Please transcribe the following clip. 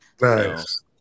Nice